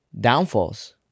downfalls